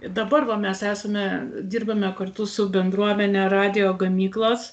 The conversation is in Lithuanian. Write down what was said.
dabar mes esame dirbame kartu su bendruomene radijo gamyklos